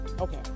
Okay